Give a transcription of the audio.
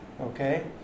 Okay